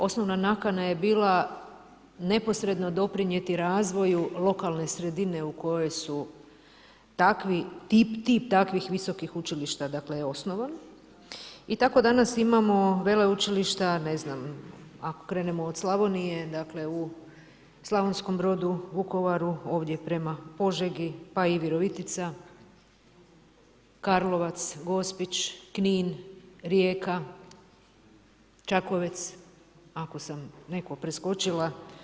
Osnovna nakana je bila neposredno doprinijeti razvoju lokalne sredine u kojoj su takvi, tip takvih visokih učilišta je osnovan i tako danas imamo veleučilišta ne znam, ako krenemo od Slavonije u SB, Vukovaru, ovdje prema Požegi pa i Virovitica, Karlovac, Gospić, Knin, Rijeka, Čakovec, ako sam neko preskočila.